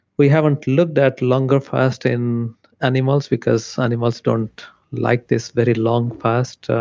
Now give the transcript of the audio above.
we haven't looked at longer fast in animals because animals don't like this very long fast,